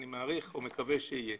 אני מעריך או מקווה שיהיה.